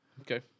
okay